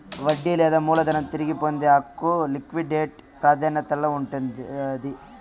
వడ్డీ లేదా మూలధనం తిరిగి పొందే హక్కు లిక్విడేట్ ప్రాదాన్యతల్ల ఉండాది